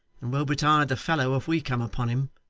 and woe betide the fellow if we come upon him